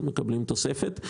הם מקבלים תוספת,